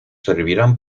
servirán